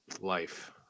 life